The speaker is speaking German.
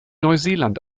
neuseeland